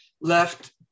left